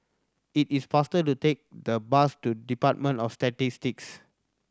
it is faster to take the bus to Department of Statistics